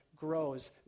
grows